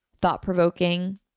thought-provoking